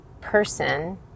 person